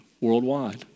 worldwide